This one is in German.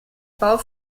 bau